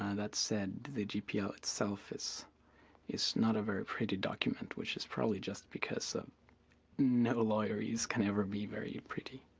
and that said the gpl itself is is not a very pretty document which is probably just because no lawyerese can ever be very pretty.